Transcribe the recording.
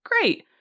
Great